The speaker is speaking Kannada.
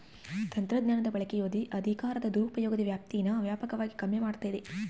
ತಂತ್ರಜ್ಞಾನದ ಬಳಕೆಯು ಅಧಿಕಾರದ ದುರುಪಯೋಗದ ವ್ಯಾಪ್ತೀನಾ ವ್ಯಾಪಕವಾಗಿ ಕಮ್ಮಿ ಮಾಡ್ತತೆ